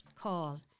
call